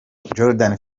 jordan